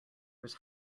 was